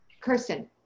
Kirsten